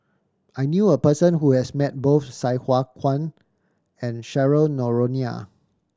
I knew a person who has met both Sai Hua Kuan and Cheryl Noronha